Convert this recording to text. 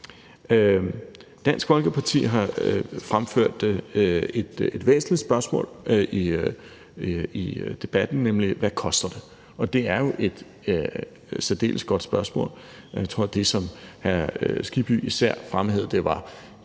Dansk Folkeparti har fremført et væsentligt spørgsmål i debatten, nemlig hvad det koster. Og det er jo et særdeles godt spørgsmål. Jeg tror, at det, som hr. Hans Kristian Skibby især fremhævede, var,